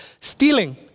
stealing